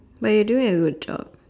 but you're doing a good job